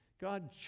God